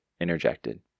interjected